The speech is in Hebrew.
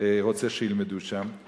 רוצה שילמדו שם.